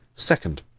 second.